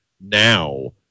now –